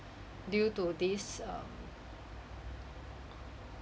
due this um